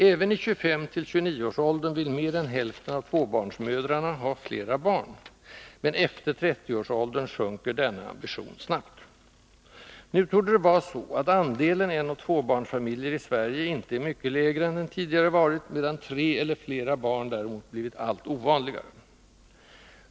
Även i 25-29-årsåldern vill mer än hälften av tvåbarnsmödrarna ha flera barn, men efter 30-årsåldern sjunker denna ambition snabbt. Nu torde det vara så att andelen enoch tvåbarnsfamiljer i Sverige inte är mycket lägre än den tidigare varit, medan tre eller flera barn däremot blivit allt ovanligare.